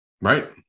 Right